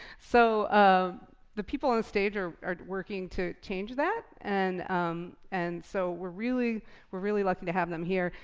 so ah the people on the stage are are working to change that, and um and so we're really we're really lucky to have them here.